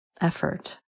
effort